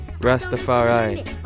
Rastafari